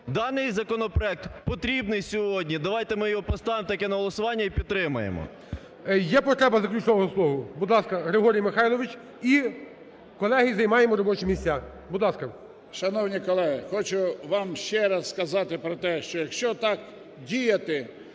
Даний законопроект потрібний сьогодні, давайте ми його поставимо таки на голосування і підтримаємо. ГОЛОВУЮЧИЙ. Є потреба заключного слова? Будь ласка, Григорій Михайлович. І колеги, займаємо робочі місця. Будь ласка. 14:12:06 ЗАБОЛОТНИЙ Г.М. Шановні колеги! Хочу вам ще раз сказати про те, що якщо так діяти,